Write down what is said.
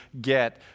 get